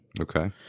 okay